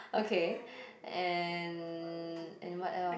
okay and and what else